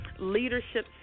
leadership